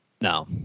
No